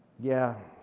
yeah,